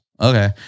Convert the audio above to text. okay